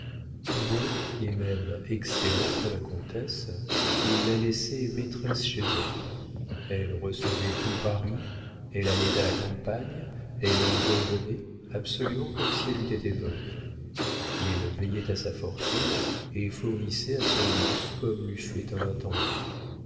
bon et même excellent pour la comtesse il la laissait maîtresse chez elle elle recevait tout paris elle allait à la campagne elle en revenait absolument comme si elle eût été veuve il veillait à sa fortune et fournissait à son luxe comme l'eût fait un intendant